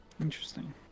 Interesting